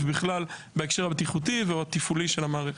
בהקשר הבטיחותי או התפעולי של המערכת.